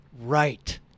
Right